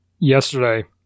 yesterday